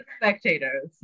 spectators